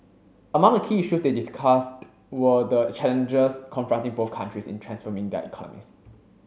among the key issues they discussed were the challenges confronting both countries in transforming their economies